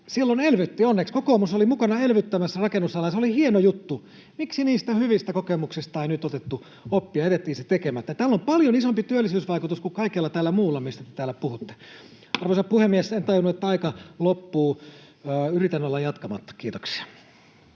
silloin elvytti onneksi. Kokoomus oli mukana elvyttämässä rakennusalaa, ja se oli hieno juttu. Miksi niistä hyvistä kokemuksista ei nyt otettu oppia ja jätettiin se tekemättä? Tällä on paljon isompi työllisyysvaikutus kuin kaikella tällä muulla, mistä täällä puhutte. — Arvoisa puhemies, en tajunnut, että aika loppuu. Yritän olla jatkamatta. — Kiitoksia.